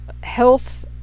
health